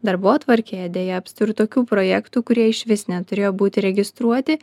darbotvarkėje deja apstu ir tokių projektų kurie išvis neturėjo būti registruoti